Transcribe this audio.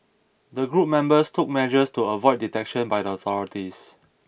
the group members took measures to avoid detection by the authorities